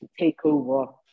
takeover